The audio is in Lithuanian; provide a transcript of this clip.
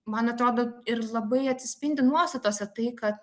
man atrodo ir labai atsispindi nuostatose tai kad